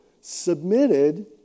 submitted